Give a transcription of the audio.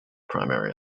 primary